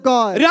God